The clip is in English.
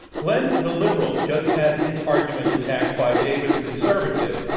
glen, the liberal, just had his argument attacked by david, the conservative.